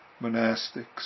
monastics